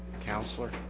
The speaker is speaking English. Counselor